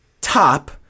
top